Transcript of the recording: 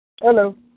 Hello